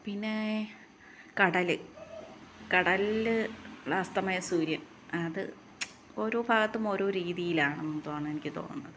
പിന്നെ കടൽ കടലിൽ ഉള്ള അസ്തമയ സൂര്യന് അത് ഓരോ ഭാഗത്തും ഓരോ രീതിയിലാണെന്ന് താണ് എനിക്ക് തോന്നുന്നത്